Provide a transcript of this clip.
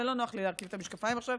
ולא נוח לי להרכיב את המשקפיים עכשיו.